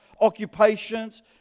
occupations